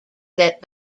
that